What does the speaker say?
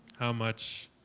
how much,